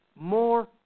more